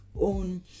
own